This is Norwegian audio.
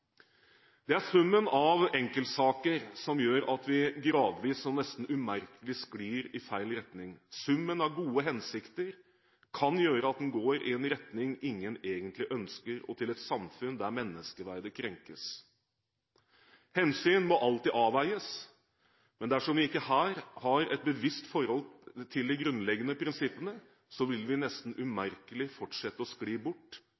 Det er summen av enkeltsaker som gjør at vi gradvis og nesten umerkelig sklir i feil retning. Summen av gode hensikter kan gjøre at en går i en retning ingen egentlig ønsker, og til et samfunn der menneskeverdet krenkes. Hensyn må alltid avveies, men dersom vi ikke her har et bevisst forhold til de grunnleggende prinsippene, vil vi nesten umerkelig fortsette å skli bort